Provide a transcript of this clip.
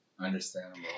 understandable